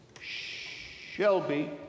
Shelby